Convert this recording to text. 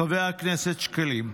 חבר הכנסת שקלים: